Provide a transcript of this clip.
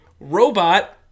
Robot